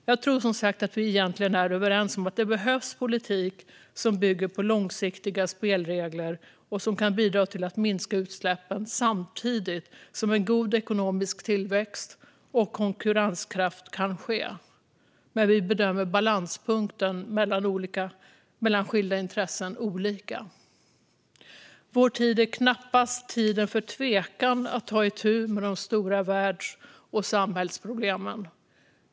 Jag tror, som sagt, att vi egentligen är överens om att det behövs politik som bygger på långsiktiga spelregler som kan bidra till att minska utsläppen samtidigt som en god ekonomisk tillväxt och konkurrenskraft kan bli verklighet. Men vi bedömer balanspunkten mellan skilda intressen olika. Vår tid är knappast tiden för tvekan när det gäller att ta itu med de stora världs och samhällsproblemen.